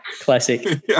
classic